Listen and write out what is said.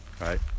right